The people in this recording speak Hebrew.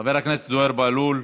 חבר הכנסת זוהיר בהלול.